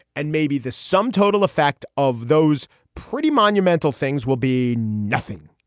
and maybe the sum total effect of those pretty monumental things will be nothing.